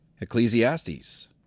Ecclesiastes